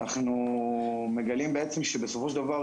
אנחנו מגלים בעצם שבסופו של דבר,